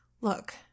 Look